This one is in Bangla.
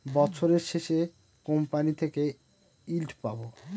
বছরের শেষে কোম্পানি থেকে ইল্ড পাবো